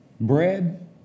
Bread